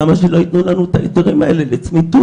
למה שלא יתנו לנו את ההיתרים האלה לצמיתות?